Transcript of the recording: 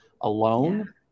alone